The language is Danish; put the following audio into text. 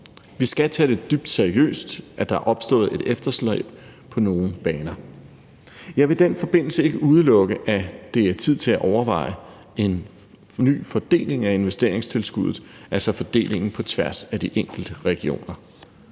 Vi skal tage det dybt seriøst, at der er opstået et efterslæb på nogle baner. Jeg vil i den forbindelse ikke udelukke, at det er tid til at overveje en ny fordeling af investeringstilskuddet, altså fordelingen på tværs af de enkelte regioner.